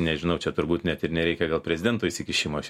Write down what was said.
nežinau čia turbūt net ir nereikia gal prezidento įsikišimo aš